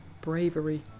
bravery